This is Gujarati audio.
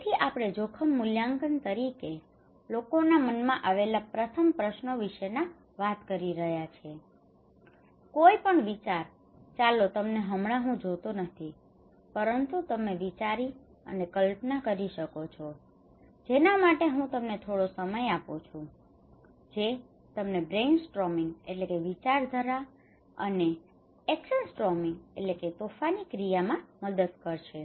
તેથી આપણે જોખમ મૂલ્યાંકન તરીકે લોકોના મનમાં આવેલા પ્રથમ પ્રશ્નો વિશેના વાત કરી રહ્યા છીએ કોઈપણ વિચાર ચાલો તમને હમણાં હું જોતો નથી પરંતુ તમે વિચારી અને કલ્પના કરી શકો છો જેના માટે હું તમને થોડો સમય આપું છું જે તમને બ્રેઇનસ્ટ્રોમિંગ brainstorming વિચારધારા અને એક્શન સ્ટ્રોમિંગમાં action storming તોફાની ક્રિયા મદદ કરશે